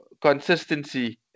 consistency